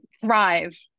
thrive